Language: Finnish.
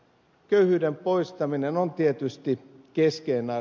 köyhyyden poistaminen on tietysti keskeistä